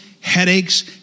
headaches